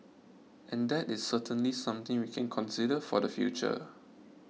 and that is certainly something we can consider for the future